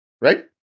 right